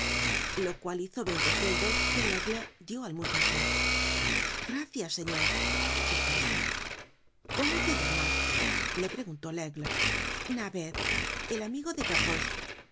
lo cual hizo veinte sueldos que laigle dió al muchacho content from google book search generated at gracias señor dijo este cómo te llamas le preguntó laigle navet el amigo de